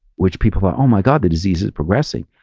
which people thought, oh my god, the disease is progressing.